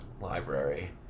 library